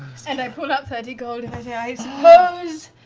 and i pull out thirty gold and i say, i suppose